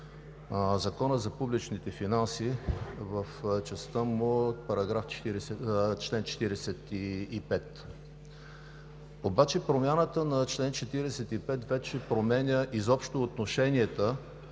Закона за публичните финанси в частта му чл. 45. Обаче промяната на чл. 45 вече променя отношенията